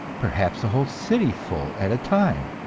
perhaps a whole city full at a time.